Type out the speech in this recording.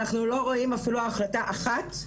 אנחנו לא רואים אפילו החלטה אחת,